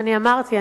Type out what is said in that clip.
אני אמרתי.